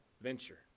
venture